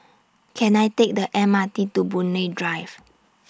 Can I Take The M R T to Boon Lay Drive